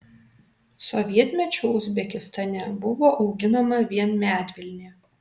sovietmečiu uzbekistane buvo auginama vien medvilnė